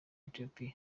etiyopiya